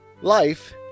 Life